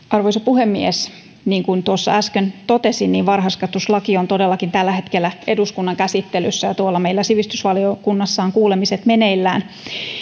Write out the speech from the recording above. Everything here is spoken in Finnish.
arvoisa puhemies niin kuin tuossa äsken totesin varhaiskasvatuslaki on todellakin tällä hetkellä eduskunnan käsittelyssä ja tuolla meillä sivistysvaliokunnassa ovat kuulemiset meneillään